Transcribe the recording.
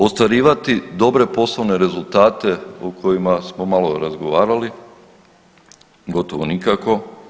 Ostvarivati dobre poslovne rezultate o kojima smo malo razgovarali, gotovo nikako.